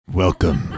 welcome